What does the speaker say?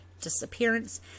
disappearance